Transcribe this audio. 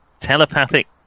Telepathic